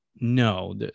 no